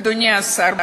אדוני השר,